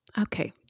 okay